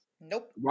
Nope